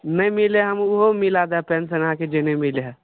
नहि मिलैत हय हम ओहो मिलत पेंसन जे नहि मिलैत हय